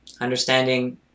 Understanding